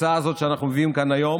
התוצאה הזאת שאנחנו מביאים כאן היום